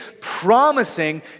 promising